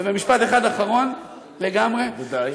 ובמשפט אחד אחרון לגמרי, ודי.